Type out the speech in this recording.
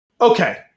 okay